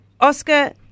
Oscar